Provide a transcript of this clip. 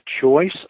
choice